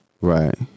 Right